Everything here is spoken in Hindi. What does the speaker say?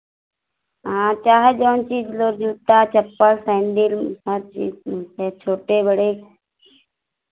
हाँ चाहे जौन चीज़ लो जूता चप्पल सैंडिल हर चीज़ मिलते हैं छोटे बड़े